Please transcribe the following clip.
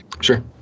Sure